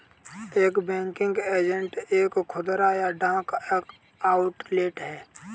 एक banking agent एक खुदरा या डाक आउटलेट है